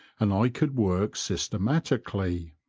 and i could work systematically.